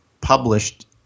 published